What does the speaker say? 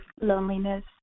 loneliness